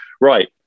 Right